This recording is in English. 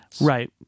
Right